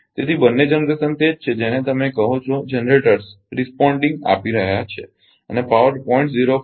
તેથી બંને જનરેશન તે જ છે જેને તમે કહો છો જનરેટરસ પ્રતિક્રિયા આપી રહ્યા છે અને પાવર 0